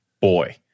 boy